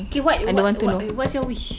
K what what what what's your wish